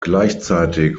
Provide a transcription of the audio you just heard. gleichzeitig